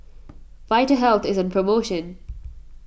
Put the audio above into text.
Vitahealth is on promotion